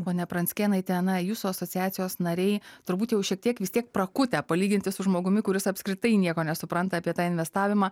ponia pranckėnaite na jūsų asociacijos nariai turbūt jau šiek tiek vis tiek prakutę palyginti su žmogumi kuris apskritai nieko nesupranta apie tą investavimą